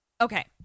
Okay